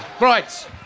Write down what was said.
Right